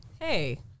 Hey